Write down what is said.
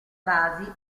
vasi